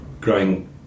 growing